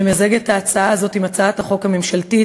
שנמזג את ההצעה הזאת עם הצעת החוק הממשלתית,